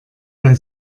bei